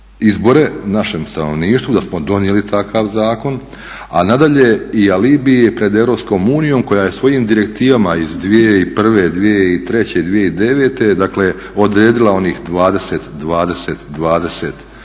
izbore našem stanovništvu da smo donijeli takav zakon, a nadalje i alibi je pred Europskom unijom koja je svojim direktivama iz 2001., 2003., 2009. dakle odredila onih 20-20-20